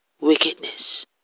wickedness